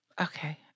okay